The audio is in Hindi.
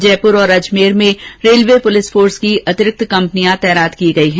जयपुर और अजमेर में रेलवे पुलिस फोर्स की अतिरिक्त कंपनियां तैनात की गई है